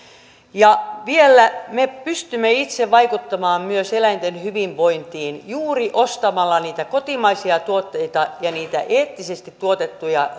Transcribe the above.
ja vielä me pystymme itse vaikuttamaan myös eläinten hyvinvointiin juuri ostamalla niitä kotimaisia tuotteita ja niitä eettisesti tuotettuja